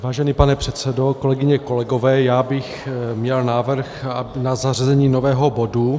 Vážený pane předsedo, kolegyně, kolegové, já bych měl návrh na zařazení nového bodu.